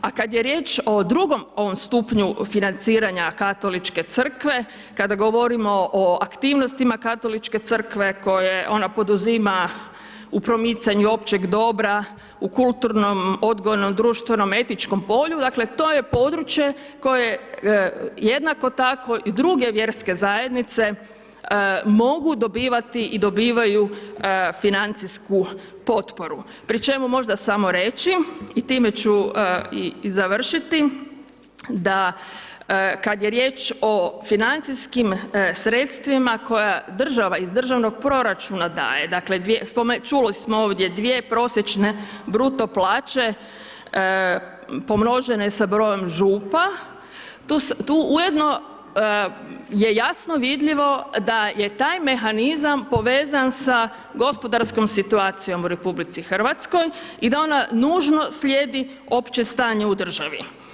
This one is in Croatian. A kad je riječ o drugom ovom stupnju financiranja Katoličke crkve, kada govorimo o aktivnostima Katoličke crkve koje ona poduzima u promicanju općeg dobra, u kultnom, odgojnom, društvenom, etičkom polju, dakle to je područje koje jednako tako i druge vjerske zajednice mogu dobivati i dobivaju financijsku potporu, pri čemu možda samo reći i time ću i završiti, da kad je riječ o financijskim sredstvima koja država iz državnog proračuna daje, dakle spomenuli, čuli smo ovdje dvije prosječne bruto plaće pomnožene sa brojem župa, tu ujedno je jasno vidljivo da je taj mehanizam povezan sa gospodarskom situacijom u RH i da ona nužno slijedi opće stanje u državi.